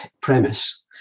premise